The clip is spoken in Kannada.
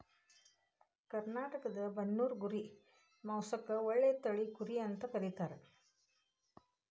ಕರ್ನಾಟಕದ ಬನ್ನೂರು ಕುರಿ ಮಾಂಸಕ್ಕ ಒಳ್ಳೆ ತಳಿ ಕುರಿ ಅಂತ ಕರೇತಾರ